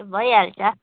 भइहाल्छ